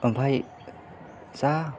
ओमफ्राय जा